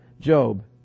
Job